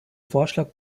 vorschlag